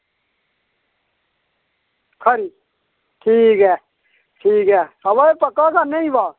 खरी ठीक ऐ ठीक ऐ अवा एह् पक्का करना ई अवा